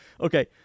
Okay